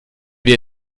wir